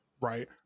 right